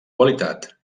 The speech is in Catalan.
qualitat